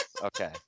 Okay